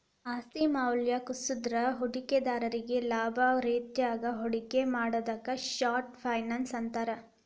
ಆಸ್ತಿ ಮೌಲ್ಯ ಕುಸದ್ರ ಹೂಡಿಕೆದಾರ್ರಿಗಿ ಲಾಭಾಗೋ ರೇತ್ಯಾಗ ಹೂಡಿಕೆ ಮಾಡುದಕ್ಕ ಶಾರ್ಟ್ ಫೈನಾನ್ಸ್ ಅಂತಾರ